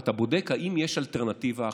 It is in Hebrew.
ואתה בודק אם יש אלטרנטיבה אחרת.